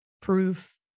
proof